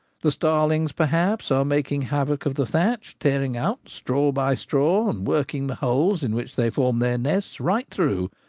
the starlings, perhaps, are making havoc of the thatch, tearing out straw by straw, and working the holes in which they form their nests right through,